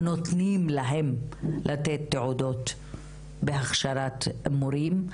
נותנים להם לתת תעודות בהכשרת מורים,